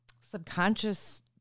subconscious